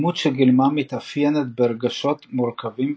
הדמות שגילמה מתאפיינת ברגשות מורכבים,